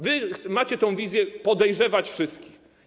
Wy macie tę wizję podejrzewania wszystkich.